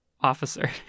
officer